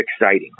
exciting